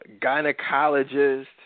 gynecologist